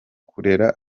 kurera